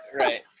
right